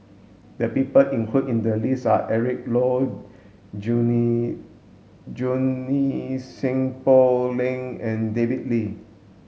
the people included in the list are Eric Low Junie Junie Sng Poh Leng and David Lee